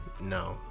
No